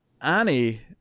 Annie